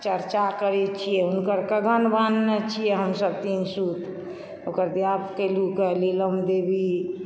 चर्चा करैत छियै हुनकर कघन बान्हने छियै हमसभ तीनसुत ओकर जाप कयलू नीलम देवी